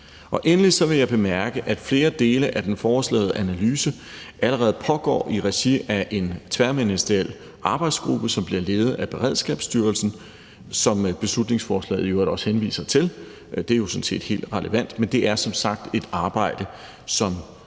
Endelig vil jeg bemærke, at flere dele af den foreslåede analyse allerede pågår i regi af en tværministeriel arbejdsgruppe, som bliver ledet af Beredskabsstyrelsen, som beslutningsforslaget jo i øvrigt også henviser til. Det er jo sådan set helt relevant, men det er som sagt et arbejde, som